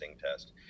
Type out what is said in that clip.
test